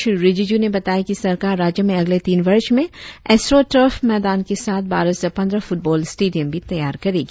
श्री रिजिज्ञ ने बताया कि सरकार राज्य में अगले तीन वर्ष में एस्ट्रो टर्फ मैदान के साथ बारह से पंद्रह फुटबॉल स्टेडियम भी तैयार करेगी